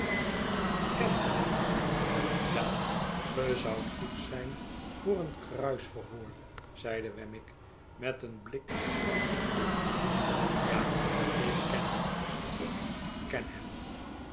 kent ge hem wei ge zoudt goed zijn voor een kruisverhoor zeide wemmick met een blik van goedkeuring ja ik ken hem ik ken hem